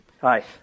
Hi